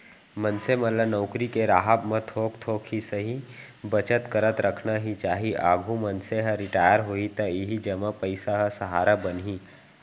मनसे मन ल नउकरी के राहब म थोक थोक ही सही बचत करत रखना ही चाही, आघु मनसे ह रिटायर होही त इही जमा पइसा ह सहारा बनही